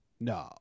No